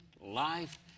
life